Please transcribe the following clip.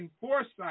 foresight